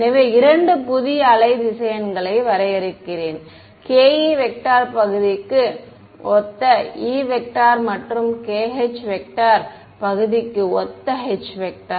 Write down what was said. எனவே இரண்டு புதிய வேவ் வெக்டர்களை வரையறுக்கிறேன் ke பகுதிக்கு ஒத்த E மற்றும் kh பகுதிக்கு ஒத்த H